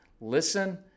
listen